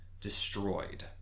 destroyed